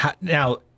Now